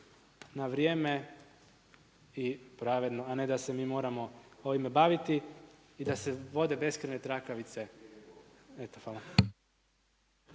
na vrijeme i pravedno, a ne da se mi moramo ovime baviti i da se vode beskrajne trakavice. Eto hvala.